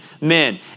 men